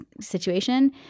situation